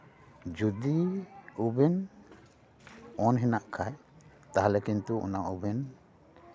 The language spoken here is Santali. ᱡᱩᱫᱤ ᱳᱵᱷᱮᱱ ᱚᱱ ᱦᱮᱱᱟᱜ ᱠᱷᱟᱱ ᱛᱟᱦᱞᱮ ᱠᱤᱱᱛᱩ ᱚᱱᱟ ᱳᱵᱷᱮᱱ